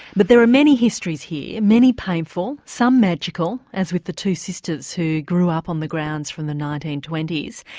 but there are many histories here, many painful, some magical as with the two sisters who grew up on the grounds from the nineteen twenty s.